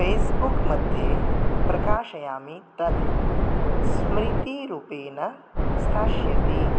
Facebook मध्ये प्रकाशयामि तद् स्मृतिरूपेण स्थास्यति